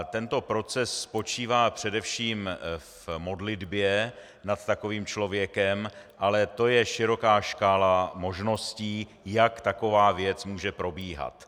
Tento proces spočívá především v modlitbě nad takovým člověkem, ale to je široká škála možností, jak taková věc může probíhat.